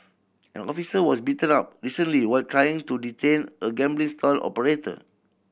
an officer was beaten up recently while trying to detain a gambling stall operator